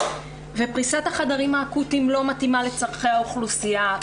ופריסת החדרים האקוטיים לא מתאימה לצרכי האוכלוסייה.